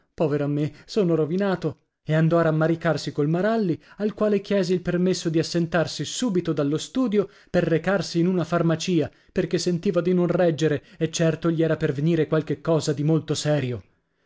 pover a me son rovinato e andò a rammaricarsi col maralli al quale chiese il permesso di assentarsi subito dallo studio per recarsi in una farmacia perché sentiva dì non reggere e certo gli era per venire qualche cosa di molto serio